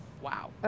Wow